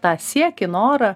tą siekį norą